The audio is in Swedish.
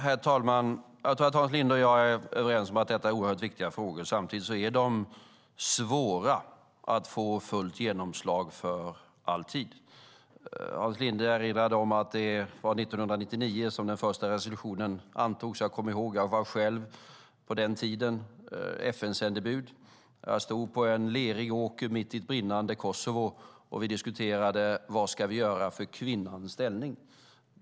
Herr talman! Jag tror att Hans Linde och jag är överens om att detta är oerhört viktiga frågor. Samtidigt är de svåra att för alltid få fullt genomslag för. Hans Linde erinrade om att det var 1999 som den första resolutionen antogs. Jag kommer ihåg det. Jag var själv FN-sändebud på den tiden. Jag stod på en lerig åker mitt i ett brinnande Kosovo, och vi diskuterade vad vi skulle göra för kvinnans ställning.